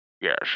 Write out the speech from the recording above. Yes